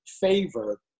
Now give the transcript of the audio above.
favor